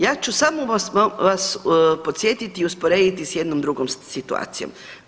Ja ću samo vas podsjetiti i usporediti s jednom drugom situacijom.